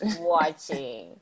watching